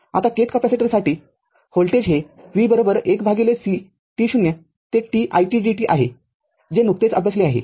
आता kth कॅपेसिटरसाठी voltage हे v 1c t0 ते t it dt आहे जे नुकतेच अभ्यासले आहे